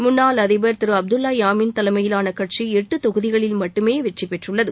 முன்னாள் அதிபர் அப்துல்லா யாமீன் தலைமையிலான கட்சி எட்டு தொகுதிகளில் மட்டுமே வெற்றி பெற்றுள்ளது